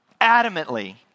adamantly